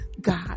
God